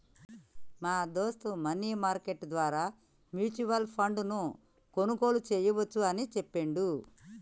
మా దోస్త్ money market ద్వారా మ్యూచువల్ ఫండ్ ను కొనుగోలు చేయవచ్చు అని చెప్పిండు